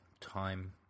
time